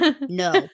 no